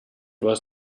was